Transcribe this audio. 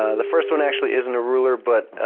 ah the first one actually isn't a ruler but a